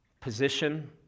position